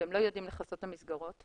והם לא יודעים לכסות את המסגרות,